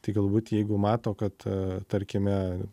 tai galbūt jeigu mato kad tarkime